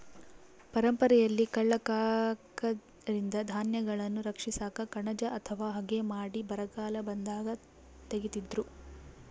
ಪರಂಪರೆಯಲ್ಲಿ ಕಳ್ಳ ಕಾಕರಿಂದ ಧಾನ್ಯಗಳನ್ನು ರಕ್ಷಿಸಾಕ ಕಣಜ ಅಥವಾ ಹಗೆ ಮಾಡಿ ಬರಗಾಲ ಬಂದಾಗ ತೆಗೀತಿದ್ರು